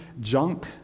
junk